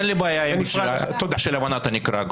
אין לי בעיה של הבנת הנקרא.